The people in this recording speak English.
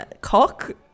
cock